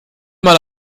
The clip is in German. mal